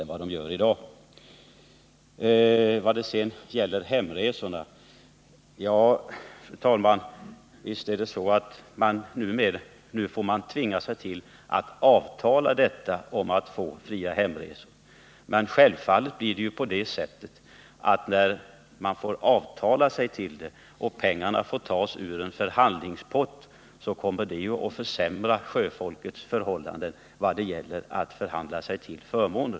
Vad sedan gäller hemresorna är det så, att man i fortsättningen enligt utskottsmajoritetens förslag tvingas till att förhandla för att få fria hemresor. Men när pengarna tas ur en förhandlingspott försämras ju sjöfolkets möjligheter att förhandla sig till andra förmåner.